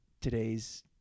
today's –